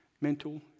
Mental